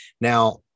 Now